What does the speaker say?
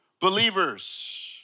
believers